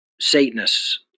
satanists